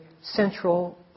central